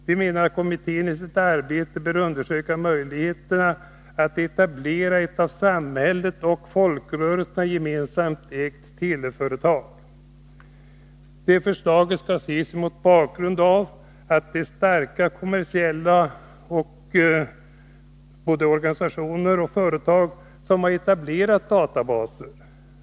Vi menar att denna kommitté i sitt arbete bör undersöka möjligheterna att etablera ett av samhället och folkrörelserna gemensamt ägt teledataföretag. Detta förslag skall ses mot bakgrunden av att kommersiellt starka företag och organisationer har etablerat databaser.